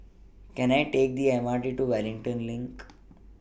Can I Take The M R T to Wellington LINK